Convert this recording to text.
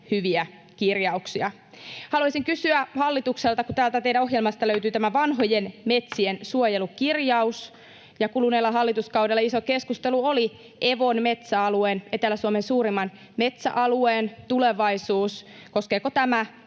hyviä kirjauksia. Haluaisin kysyä hallitukselta: kun täältä teidän ohjelmasta löytyy tämä vanhojen metsien suojelukirjaus ja kuluneella hallituskaudella iso keskustelu oli Evon metsäalueen, Etelä-Suomen suurimman metsäalueen, tulevaisuudesta, koskeeko tämä